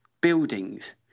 buildings